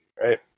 right